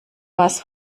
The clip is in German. was